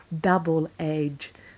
double-edged